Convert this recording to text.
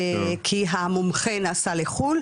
כי המומחה נסע לחו"ל.